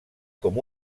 com